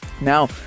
now